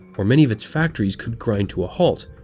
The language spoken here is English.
or many of its factories could grind to a halt.